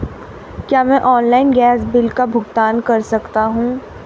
क्या मैं online gas bill का भुगतान कर सकता हूँ?